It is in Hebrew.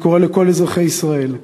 אני קורא לכל אזרחי ישראל,